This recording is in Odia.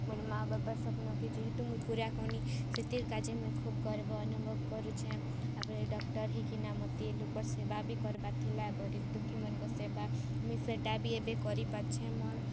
ମୋର୍ ମା ବାପାର୍ ସ୍ଵପ୍ନକେ ଯେହେତୁ ମୁଇଁ ପୂରା କନି ସେଥିରକାଯେ ମୁଇଁ ଖୋବ୍ ଗର୍ବ ଅନୁଭବ କରୁଛେ ତା'ପରେ ଡକ୍ଟର୍ ହେଇକିନା ମୋତେ ଲୁକର୍ ସେବା ବି କରବାର ଥିଲା ଗରିବ ଦୁଃଖି ମନକର୍ ସେବା ମୁଇଁ ସେଇଟା ବି ଏବେ କରିପାରଛେଁ ମୋର୍